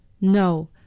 No